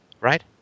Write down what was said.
right